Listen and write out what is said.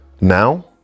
now